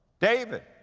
david,